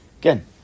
Again